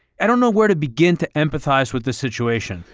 i don't know where to begin to empathize with the situation.